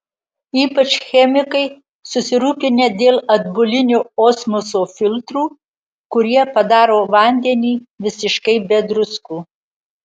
ypač chemikai susirūpinę dėl atbulinio osmoso filtrų kurie padaro vandenį visiškai be druskų